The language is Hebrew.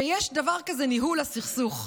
שיש דבר כזה ניהול הסכסוך.